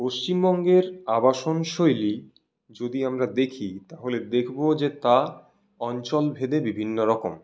পশ্চিমবঙ্গের আবাসন শৈলী যদি আমরা দেখি তাহলে দেখবো যে তা অঞ্চলভেদে বিভিন্ন রকম